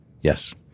Yes